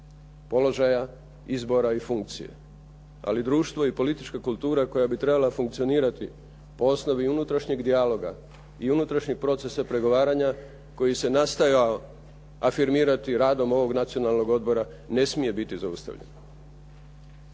položaja, izbora i funkcije. Ali društvo i politička kultura koja bi trebala funkcionirati po osnovi unutrašnjeg dijaloga i unutrašnjeg procesa pregovaranja koji se nastojao afirmirati radom ovog Nacionalnog odbora ne smije biti zaustavljen.